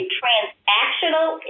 transactional